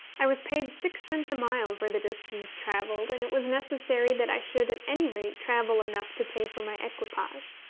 i was paid sixpence a mile for the distance travelled, and it was necessary that i should at any rate travel enough to pay for my equipage.